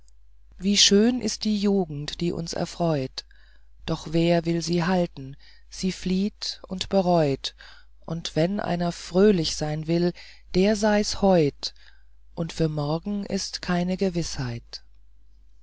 wie schön ist die jugend die uns erfreut doch wer will sie halten sie flieht und bereut und wenn einer fröhlich sein will der sei's heut und für morgen ist keine gewißheit